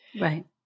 Right